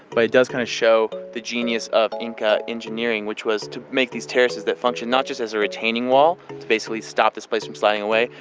but it does kind of show the genius of inca engineering, which was to make these terraces that function not just as a retaining wall to basically stop this place from sliding away,